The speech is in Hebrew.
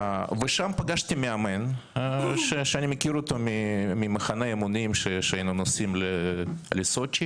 ושם פגשתי מאמן שאני מכיר אותו ממחנה האימונים שהיינו נוסעים לסוצ'י,